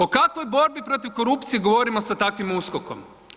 O kakvoj borbi protiv korupcije govorimo sa takvim USKOK-om?